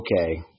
okay